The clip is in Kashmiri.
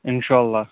اِنشاءاللہ